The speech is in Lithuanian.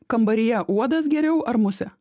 kambaryje uodas geriau ar musė